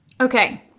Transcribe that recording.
Okay